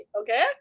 okay